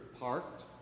parked